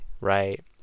right